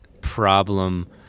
problem